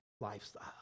lifestyle